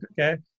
okay